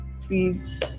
please